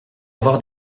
avoir